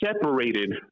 separated